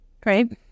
Great